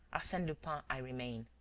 arsene lupin i remain.